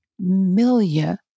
million